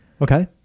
Okay